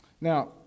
Now